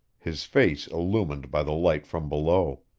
his face illumined by the light from below.